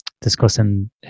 discussing